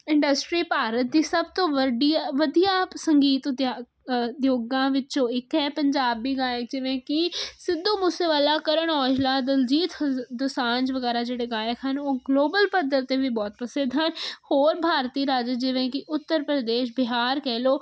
industry Bharat ਦੀ ਸਭ ਤੋਂ ਵੱਡੀਅ ਵਧੀਆ ਸੰਗੀਤ ਉਦਿਆ ਉਦਯੋਗਾਂ ਵਿੱਚੋਂ ਇੱਕ ਹੈ ਪੰਜਾਬੀ ਗਾਇਕ ਜਿਵੇਂ ਕਿ ਸਿੱਧੂ ਮੂਸੇਵਾਲਾ ਕਰਨ ਔਜਲਾ ਦਿਲਜੀਤ ਦੋਸਾਂਜ ਵਗੈਰਾ ਜਿਹੜੇ ਗਾਇਕ ਹਨ ਉਹ ਗਲੋਬਲ ਪੱਧਰ 'ਤੇ ਵੀ ਬਹੁਤ ਪ੍ਰਸਿੱਧ ਹਨ ਹੋਰ ਭਾਰਤੀ ਰਾਜ ਜਿਵੇਂ ਕਿ ਉੱਤਰ ਪ੍ਰਦੇਸ਼ ਬਿਹਾਰ ਕਹਿ ਲਓ